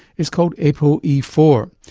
it's called a p o e four.